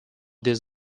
this